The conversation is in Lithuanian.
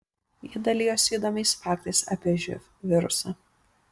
ji dalijosi įdomiais faktais apie živ virusą